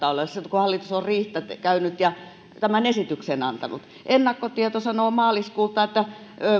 on riihtä käynyt ja tämän esityksen antanut ennakkotieto sanoo maaliskuulta että